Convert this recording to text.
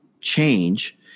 change